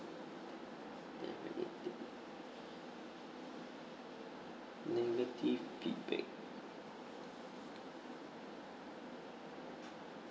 negative negative feedback